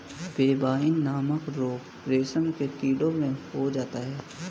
pebrine नामक रोग रेशम के कीड़ों में हो जाता है